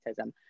autism